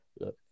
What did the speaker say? look